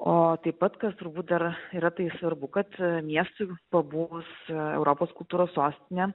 o taip pat kas turbūt dar yra tai svarbu kad miestui pabuvus europos kultūros sostine